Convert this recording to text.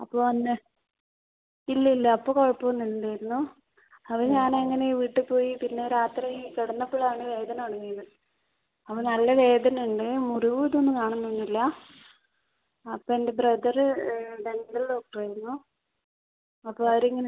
അപ്പം അന്ന് ഇല്ല ഇല്ല അപ്പം കുഴപ്പം ഒന്നും ഇല്ലായിരുന്നു അപ്പം ഞാൻ അങ്ങനെ വീട്ടിൽ പോയി പിന്നെ രാത്രി കിടന്നപ്പോഴാണ് വേദന തുടങ്ങിയത് അപ്പം നല്ല വേദന ഉണ്ട് മുറിവ് ഇത് ഒന്നും കാണാനൊന്നും ഇല്ല അപ്പം എൻ്റെ ബ്രദറ് ഡെൻ്റൽ ഡോക്ടർ ആയിരുന്നു അപ്പം അവർ ഇങ്ങനെ